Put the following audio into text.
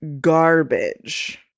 garbage